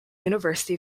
university